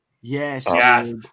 Yes